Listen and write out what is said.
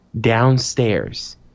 downstairs